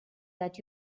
that